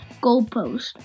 goalpost